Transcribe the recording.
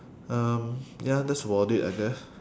um ya that's about it I guess